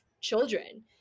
children